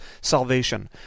salvation